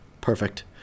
Perfect